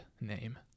name